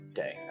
day